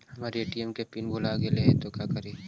हमर ATM PIN भूला गेली हे, तो का करि?